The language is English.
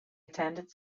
attended